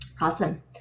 awesome